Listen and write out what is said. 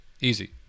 easy